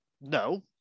No